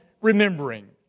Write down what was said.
remembering